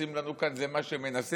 עושים לנו כאן, זה מה שהם מנסים.